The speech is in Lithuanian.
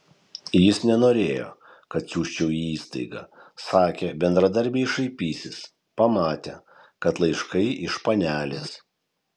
jis nenorėjo kad siųsčiau į įstaigą sakė bendradarbiai šaipysis pamatę kad laiškai iš panelės